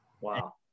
Wow